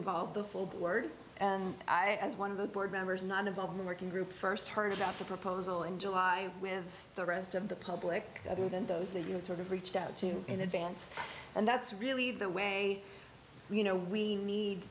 involve the full board and i was one of the board members not above the working group first heard about the proposal in july with the rest of the public other than those that you know sort of reached out to in advance and that's really the way you know we need